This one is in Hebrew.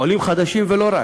עולים חדשים, ולא רק.